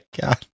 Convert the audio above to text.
god